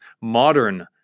modern